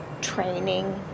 training